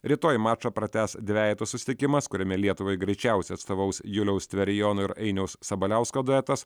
rytoj mačą pratęs dvejetų susitikimas kuriame lietuvai greičiausiai atstovaus juliaus tverijono ir ainiaus sabaliausko duetas